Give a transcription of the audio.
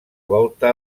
volta